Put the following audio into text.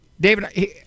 David